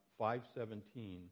5:17